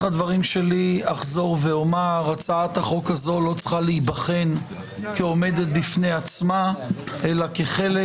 אחזור ואומר שהצעת חוק זו לא צריכה להיבחן כעומדת בפני עצמה אלא כחלק